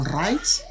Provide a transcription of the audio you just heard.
rights